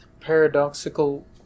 paradoxical